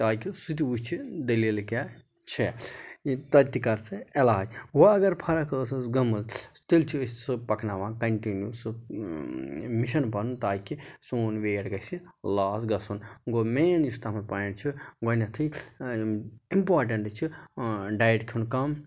تاکہِ سُہ تہِ وُچھِ دٔلیٖلہٕ کیاہ چھےٚ تَتہِ تہِ کَر ژٕ علاج وٕ اگر فرق ٲسٕس گٔمٕژ تیٚلہِ چھِ أسۍ سُہ پَکناوان کَنٹِنیوٗ سُہ مِشَن پَنُن تاکہِ سون ویٹ گژھِ لاس گژھُن گوٚو مین یُس تَتھ منٛز پویِنٛٹ چھُ گۄڈنٮ۪تھٕے اِمپاٹَنٛٹ چھِ ڈایٹ کھیوٚن کَم